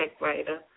Checkwriter